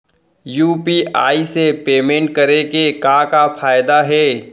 UPI से payment करे के का का फायदा हे?